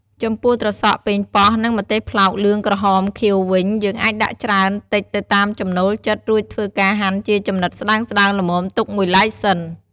ចំពោះត្រសក់ ប៉េងបោះ និង ម្ទេសផ្លោកលឿងក្រហមខៀវវិញ យើងអាចដាក់ច្រើនតិចទៅតាមចំណូលចិត្ត រួចធ្វើការហាន់ជាចំណិតស្តើងៗល្មមទុកមួយឡែកសិន ។